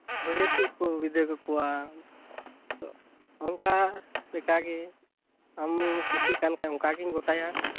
ᱵᱟᱹᱨᱭᱟᱹᱛᱚᱜ ᱠᱚ ᱵᱤᱫᱟᱹᱭ ᱠᱟᱠᱚᱣᱟ ᱛᱚ ᱚᱱᱠᱟ ᱞᱮᱠᱟᱜᱮ ᱟᱢᱮᱢ ᱠᱩᱥᱤᱜ ᱠᱟᱱ ᱠᱷᱟᱱ ᱫᱚ ᱚᱱᱠᱟᱜᱮᱧ ᱜᱚᱴᱟᱭᱟ